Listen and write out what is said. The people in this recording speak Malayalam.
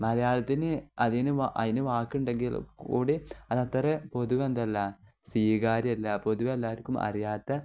മലയാളത്തിന് അതിന് അതിന് വാക്കുണ്ടെങ്കിൽ കൂടി അത് അത്ര പൊതുവെ എന്തല്ല സീകാര്യമല്ല പൊതുവെ എല്ലാവർക്കും അറിയാത്ത